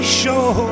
show